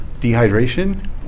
dehydration